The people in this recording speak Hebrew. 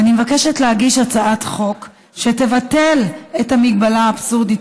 ואני מבקשת להגיש הצעת חוק שתבטל את המגבלה האבסורדית